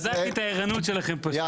בדקתי את הערנות שלכם.